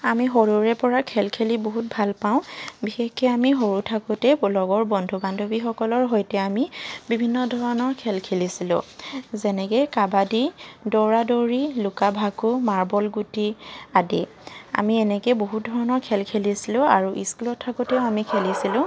আমি সৰুৰেপৰা খেল খেলি বহুত ভালপাওঁ বিশেষকে আমি সৰু থাকোঁতে লগৰ বন্ধু বান্ধৱীসকলৰ সৈতে আমি বিভিন্ন ধৰণৰ খেল খেলিছিলোঁ যেনেকৈ কাবাদি দৌৰা দৌৰি লুকা ভাকু মাৰ্বল গুটি আদি আমি এনেকৈয়ে বহুত ধৰণৰ খেল খেলিছিলোঁ আৰু স্কুলত থাকোঁতেও আমি খেলিছিলোঁ